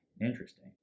Interesting